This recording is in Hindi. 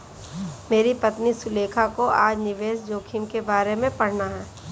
मेरी पत्नी सुलेखा को आज निवेश जोखिम के बारे में पढ़ना है